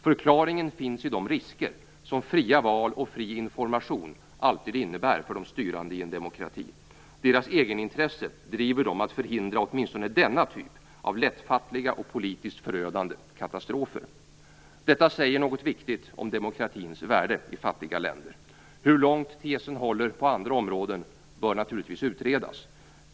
Förklaringen finns i de risker som fria val och fri information alltid innebär för de styrande i en demokrati. Deras egenintresse driver dem att förhindra åtminstone denna typ av lättfattliga och politiskt förödande katastrofer. Detta säger något viktigt om demokratins värde i fattiga länder. Hur långt tesen håller på andra områden bör naturligtvis utredas.